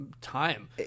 time